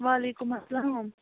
وَعلیکُم اَسَلام